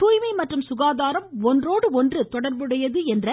தூய்மை மற்றும் சுகாதாரம் ஒன்றோடு ஒன்று தொடா்புடையது என்ற